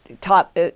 top